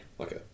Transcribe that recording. okay